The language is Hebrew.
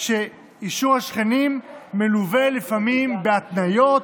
כשאישור השכנים מלווה לפעמים בהתניות,